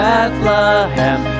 Bethlehem